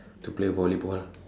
to play volleyball